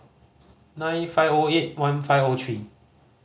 nine five O eight one five O three